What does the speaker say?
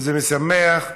וזה משמח,